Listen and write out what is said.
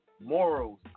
morals